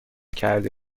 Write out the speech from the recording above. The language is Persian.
کرده